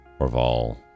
Orval